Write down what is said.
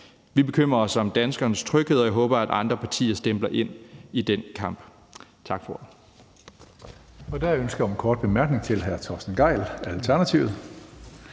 Vi bekymrer os om danskernes tryghed, og jeg håber, at andre partier stempler ind i den kamp. Tak for ordet.